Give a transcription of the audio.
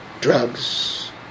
Drugs